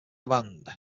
command